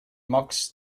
max